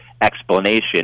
explanation